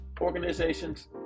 organizations